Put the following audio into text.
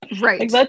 right